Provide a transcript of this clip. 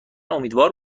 امیدوار